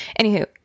Anywho